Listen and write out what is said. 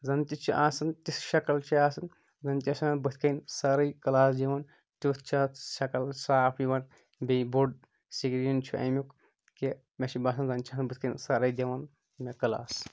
زَن تہِ چھِ آسان تژھ شکٕل چھِ آسان زن تہِ چھِ آسان بٔتھۍ کٔنۍ سٲرٕے کلاس دِوان تیُتھ چھ اتھ شکٕل صاف یِوان بیٚیہِ بوٚڑ سِکریٖن چھُ اَمیُک کہِ مےٚ چھُ باسان زَن چھ بٔٹھۍ کٔنۍ زَن سرٕے دِوان مےٚ کلاس